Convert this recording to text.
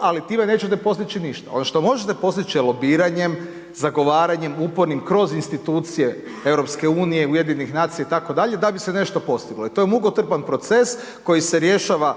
ali time nećete postići ništa. Ono što možete postići je lobiranjem, zagovaranjem upornim kroz institucije EU, UN-a itd., da bi se nešto postiglo. I to je mukotrpan proces koji se rješava